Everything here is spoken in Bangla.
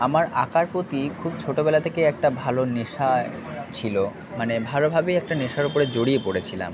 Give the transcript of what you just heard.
আমার আঁকার প্রতি খুব ছোটোবেলা থেকেই একটা ভালো নেশা ছিলো মানে ভালোভাবেই একটা নেশার ওপরে জড়িয়ে পড়েছিলাম